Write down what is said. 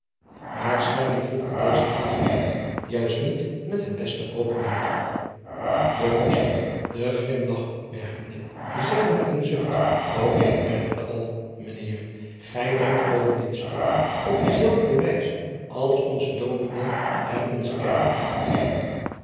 aarschijnlijk voegde deze er lagchende bij juist niet met het beste oogmerk e oster den grimlach opmerkende zeide met een zucht o k merk het al mijn eer ij denkt over di stuk op dezelfde wijze als onze ominé en onze erkeraad